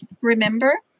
Remember